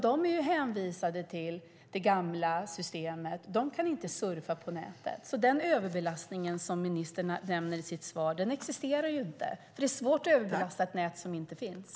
De är hänvisade till det gamla systemet; de kan inte surfa på nätet. Den överbelastningen som ministern nämnde i sitt svar existerar inte. Det är svårt att överbelasta ett nät som inte finns.